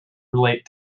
relate